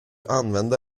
använda